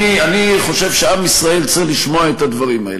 אני חושב שעם ישראל צריך לשמוע את הדברים האלה.